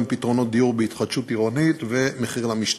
פתרונות דיור בהתחדשות עירונית ומחיר למשתכן.